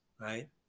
right